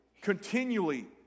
continually